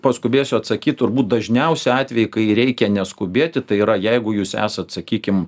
paskubėsiu atsakyt turbūt dažniausi atvejai kai reikia neskubėti tai yra jeigu jūs esat sakykim